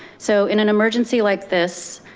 so in an emergency like this,